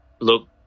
look